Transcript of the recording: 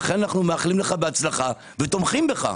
לכן אנו מאחלים לך בהצלחה ותומכים בך.